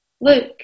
Look